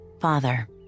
father